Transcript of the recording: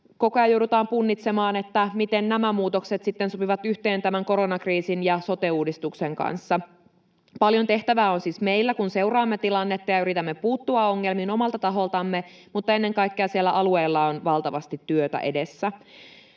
koko ajan joudutaan punnitsemaan, miten nämä muutokset sitten sopivat yhteen koronakriisin ja sote-uudistuksen kanssa. Paljon tehtävää on siis meillä, kun seuraamme tilannetta ja yritämme puuttua ongelmiin omalta taholtamme, mutta ennen kaikkea alueilla on valtavasti työtä edessä.